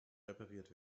repariert